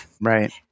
Right